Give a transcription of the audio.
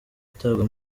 atabwa